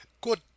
Good